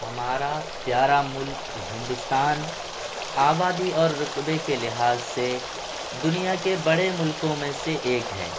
ہمارا پیارا ملک ہندوستان آبادی اور رقبہ کے لحاظ سے دنیا کے بڑے ملکوں میں سے ایک ہے